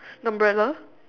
the umbrella